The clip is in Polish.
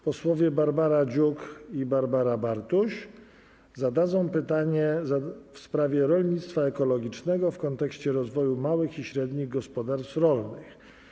Posłowie Barbara Dziuk i Barbara Bartuś zadadzą pytanie w sprawie rolnictwa ekologicznego w kontekście rozwoju małych i średnich gospodarstw rolnych.